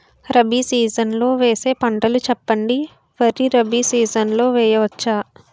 Rabi season లో వేసే పంటలు చెప్పండి? వరి రబీ సీజన్ లో వేయ వచ్చా?